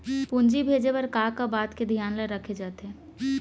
पूंजी भेजे बर का का बात के धियान ल रखे जाथे?